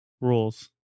Rules